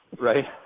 right